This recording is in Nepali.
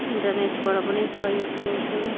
इन्टरनेटबाट पनि सहयोग लिन्छु